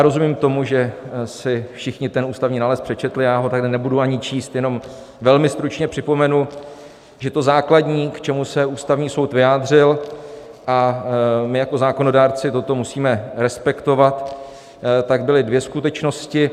Rozumím tomu, že si všichni ten ústavní nález přečetli, já ho tady nebudu ani číst, jenom velmi stručně připomenu, že to základní, k čemu se Ústavní soud vyjádřil, a my jako zákonodárci toto musíme respektovat, byly dvě skutečnosti.